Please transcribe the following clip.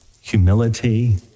humility